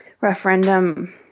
referendum